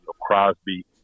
Crosby